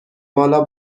بالا